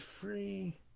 free